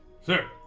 Sir